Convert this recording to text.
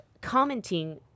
commenting